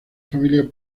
familia